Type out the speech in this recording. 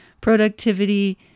productivity